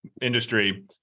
industry